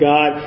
God